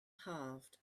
halved